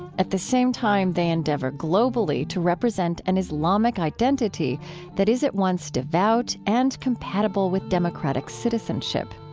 at the same time, they endeavor globally to represent an islamic identity that is at once devout and compatible with democratic citizenship.